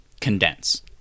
condense